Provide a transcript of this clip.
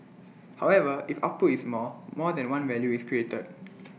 however if output is more more than one value is created